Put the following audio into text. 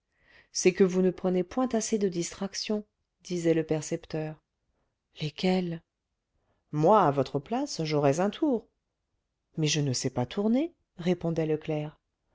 c'est que vous ne prenez point assez de distractions disait le percepteur lesquelles moi à votre place j'aurais un tour mais je ne sais pas tourner répondait